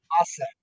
Awesome